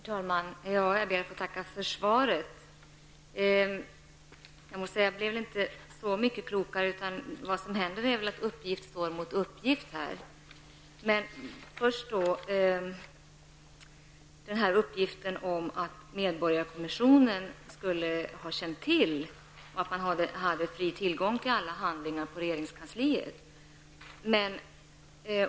Herr talman! Jag ber att få tacka för svaret, men jag blev väl inte så mycket klokare, eftersom uppgift står mot uppgift. Först beträffande uppgiften att medborgarkommissionen skulle ha känt till att det var fri tillgång till alla handlingar i regeringskansliet.